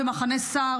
במחנה סער,